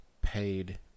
paid